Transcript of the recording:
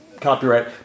copyright